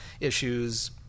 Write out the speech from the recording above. issues